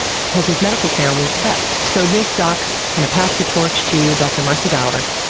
because his medical care was the best. so this doc kind of passed the torch to dr. marci bowers,